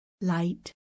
light